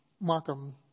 Markham